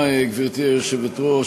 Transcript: גברתי היושבת-ראש,